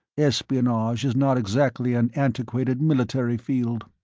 espionage is not exactly an antiquated military field.